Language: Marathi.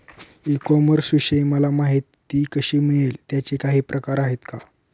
ई कॉमर्सविषयी मला माहिती कशी मिळेल? त्याचे काही प्रकार आहेत का?